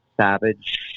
savage